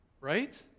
Right